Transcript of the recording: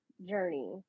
journey